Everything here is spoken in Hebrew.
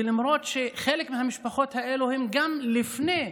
ולמרות שחלק מהמשפחות האלה הן גם לפני,